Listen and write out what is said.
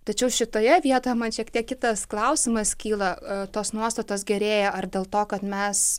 tačiau šitoje vietoje man šiek tiek kitas klausimas kyla tos nuostatos gerėja ar dėl to kad mes